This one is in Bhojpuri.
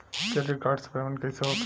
क्रेडिट कार्ड से पेमेंट कईसे होखेला?